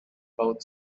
both